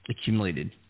accumulated